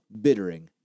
bittering